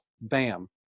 Bam